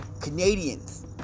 Canadians